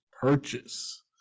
purchase